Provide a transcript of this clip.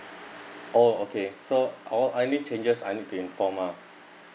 oh okay so oh any changes I need to inform ah